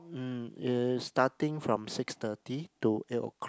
mm it's starting from six thirty to eight o'clock